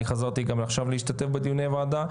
אני חזרתי גם עכשיו להשתתף בדיוני הוועדה.